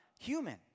human